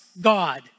God